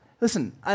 listen